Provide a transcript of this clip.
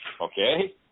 Okay